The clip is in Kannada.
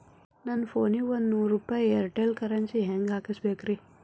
ನನ್ನ ಫೋನಿಗೆ ಒಂದ್ ನೂರು ರೂಪಾಯಿ ಏರ್ಟೆಲ್ ಕರೆನ್ಸಿ ಹೆಂಗ್ ಹಾಕಿಸ್ಬೇಕ್ರಿ?